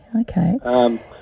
Okay